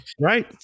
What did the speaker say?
Right